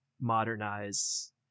modernize